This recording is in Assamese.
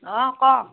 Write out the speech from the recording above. অঁ ক